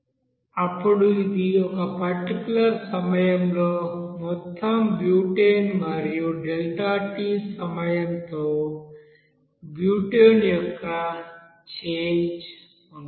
అప్పుడు ఇది ఒక పర్టిక్యూలర్ సమయంలో మొత్తం బ్యూటేన్ మరియు Δt సమయంతో బ్యూటేన్ యొక్క చేంజ్ ఉంటుంది